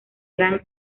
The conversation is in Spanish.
gran